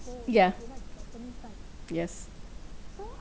ya yes